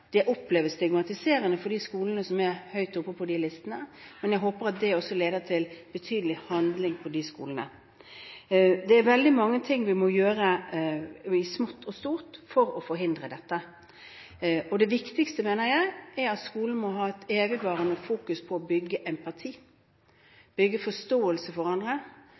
Det oppleves stigmatiserende for de skolene som er høyt oppe på listene, men jeg håper at det også leder til betydelig handling på de skolene. Det er veldig mange ting vi må gjøre av smått og stort for å forhindre dette. Det viktigste, mener jeg, er at skolen må ha et evigvarende fokus på å bygge empati, bygge forståelse for andre,